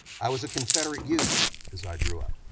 i was a confederate youth as i grew up.